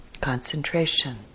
concentration